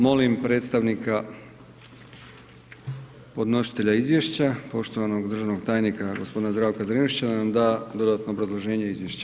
Molim predstavnika podnositelja izvješća, poštovanog državnog tajnika gospodina Zdravka Zrinušića da nam da dodatno obrazloženje izvješća.